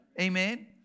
Amen